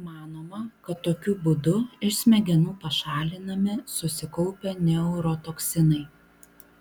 manoma kad tokiu būdu iš smegenų pašalinami susikaupę neurotoksinai